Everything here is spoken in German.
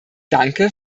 danke